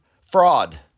fraud